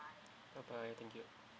bye bye thank you